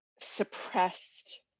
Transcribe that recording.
suppressed